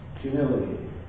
Humility